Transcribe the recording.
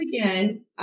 again